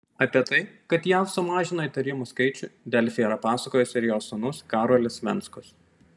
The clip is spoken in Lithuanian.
apie tai kad jav sumažino įtarimų skaičių delfi yra pasakojęs ir jos sūnus karolis venckus